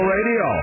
Radio